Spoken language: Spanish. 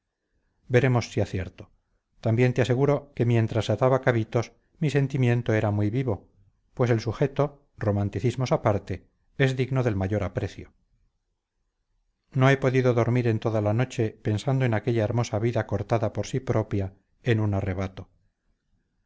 veremos si acierto también te aseguro que mientras ataba cabitos mi sentimiento era muy vivo pues el sujeto romanticismos aparte es digno del mayor aprecio no he podido dormir en toda la noche pensando en aquella hermosa vida cortada por sí propia en un arrebato